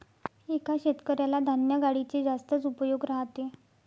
एका शेतकऱ्याला धान्य गाडीचे जास्तच उपयोग राहते